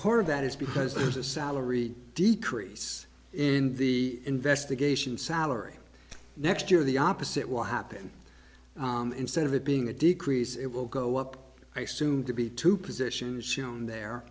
part of that is because there's a salary decrease in the investigation salary next year the opposite will happen instead of it being a decrease it will go up i soon to be two positions shown there